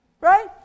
Right